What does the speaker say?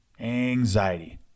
Anxiety